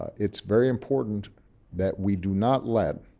it's very important that we do not let